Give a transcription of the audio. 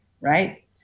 right